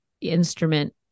instrument